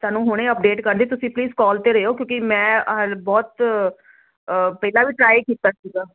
ਤੁਹਾਨੂੰ ਹੁਣੇ ਅਪਡੇਟ ਕਰਦੀ ਤੁਸੀਂ ਪਲੀਜ਼ ਕਾਲ ਤੇ ਰਹਿਓ ਕਿਉਂਕਿ ਮੈਂ ਬਹੁਤ ਪਹਿਲਾਂ ਵੀ ਟਰਾਈ ਕੀਤਾ ਸੀਗਾ